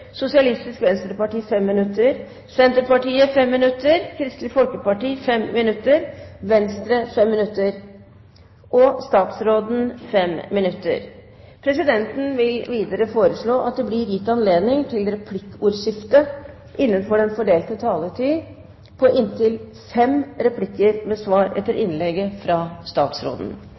Sosialistisk Venstreparti 5 minutter, Senterpartiet 5 minutter, Kristelig Folkeparti 5 minutter, Venstre 5 minutter og statsråden 5 minutter. Presidenten vil videre foreslå at det blir gitt anledning til replikkordskifte på inntil fem replikker med svar etter innlegget fra statsråden